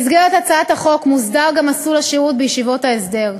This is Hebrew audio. במסגרת הצעת החוק מוסדר גם מסלול השירות בישיבות ההסדר.